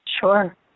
Sure